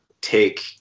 take